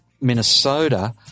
Minnesota